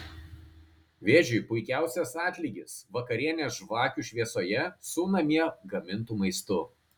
vėžiui puikiausias atlygis vakarienė žvakių šviesoje su namie gamintu maistu